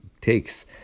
takes